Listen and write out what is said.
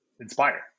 inspire